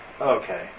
Okay